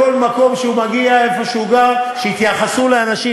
בכל מקום שהוא מגיע אליו, שיתייחסו לאנשים.